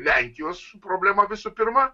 lenkijos problema visų pirma